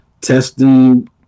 testing